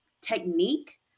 technique